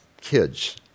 kids